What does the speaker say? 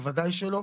בוודאי שלא.